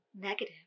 negative